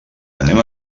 anem